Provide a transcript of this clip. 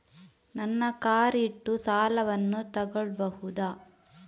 ನನ್ನ ಕಾರ್ ಇಟ್ಟು ಸಾಲವನ್ನು ತಗೋಳ್ಬಹುದಾ?